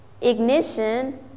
Ignition